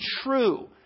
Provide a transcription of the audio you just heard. true